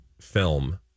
film